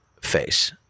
Face